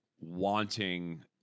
wanting